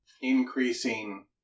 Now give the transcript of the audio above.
increasing